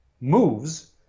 moves